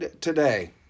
today